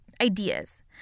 ideas